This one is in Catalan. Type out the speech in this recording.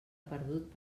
perdut